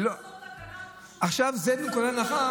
סוף כל סוף תקנה חשובה, זה מנקודת הנחה